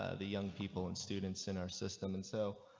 ah the young people and students in our system. and so.